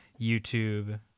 YouTube